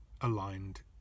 aligned